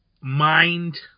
mind